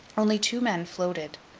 only two men floated.